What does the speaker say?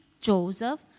Joseph